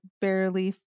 barely